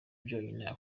byonyine